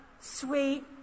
sweet